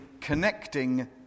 connecting